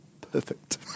perfect